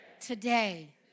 today